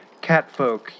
catfolk